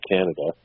Canada